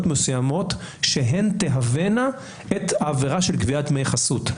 מסוימות שהן תהוונה את העבירה של גביית דמי חסות.